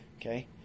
okay